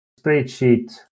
spreadsheet